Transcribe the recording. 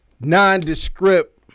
nondescript